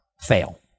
fail